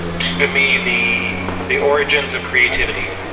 to me, the the origins of creativity.